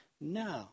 No